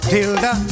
Tilda